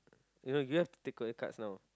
you know you have take out your cards now